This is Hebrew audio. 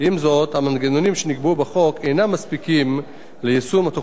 המנגנונים שנקבעו בחוק אינם מספיקים ליישום תוכנית החיזוק,